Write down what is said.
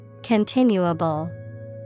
Continuable